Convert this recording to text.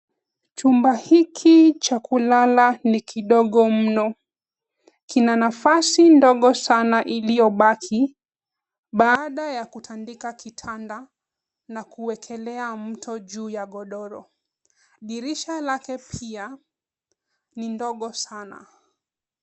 Chumba hiki cha kulala ni kidogo mno. Kina nafasi ndogo sana iliyobaki, baada ya kutandika kitanda na kuekelea mto juu ya godoro. Dirisha lake pia ni ndogo sana.